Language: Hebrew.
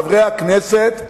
חברי הכנסת.